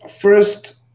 First